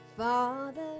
Father